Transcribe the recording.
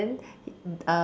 um